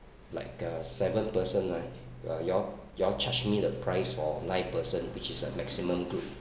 like a seven person right uh you all you all charge me the price for nine person which is a maximum group